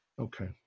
Okay